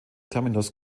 terminus